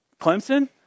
Clemson